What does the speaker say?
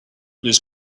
those